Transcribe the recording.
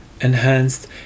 enhanced